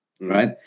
right